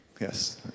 Yes